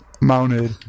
Mounted